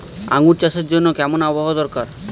আঙ্গুর চাষের জন্য কেমন আবহাওয়া দরকার?